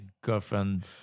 girlfriend